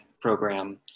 program